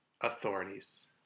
authorities